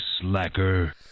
slacker